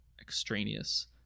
extraneous